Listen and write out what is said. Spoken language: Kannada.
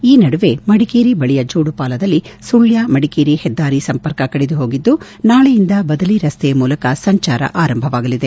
ಈ ನಡುವೆ ಮಡಿಕೇರಿ ಬಳಿಯ ಜೋಡುಪಾಲದಲ್ಲಿ ಸುಳ್ಡ ಮಡಿಕೇರಿ ಹೆದ್ದಾರಿ ಸಂಪರ್ಕ ಕಡಿದು ಹೋಗಿದ್ದು ನಾಳೆಯಿಂದ ಬದಲಿ ರಸ್ತೆಯ ಮೂಲಕ ಸಂಚಾರ ಆರಂಭವಾಗಲಿದೆ